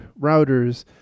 routers